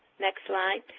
next slide,